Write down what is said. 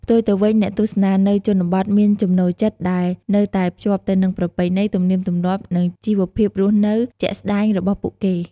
ផ្ទុយទៅវិញ អ្នកទស្សនានៅជនបទមានចំណូលចិត្តដែលនៅតែភ្ជាប់ទៅនឹងប្រពៃណី ទំនៀមទម្លាប់ និងជីវភាពរស់នៅជាក់ស្តែងរបស់ពួកគេ។